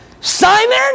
Simon